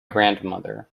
grandmother